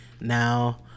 now